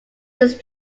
his